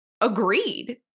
agreed